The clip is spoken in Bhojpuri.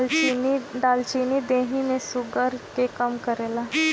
दालचीनी देहि में शुगर के कम करेला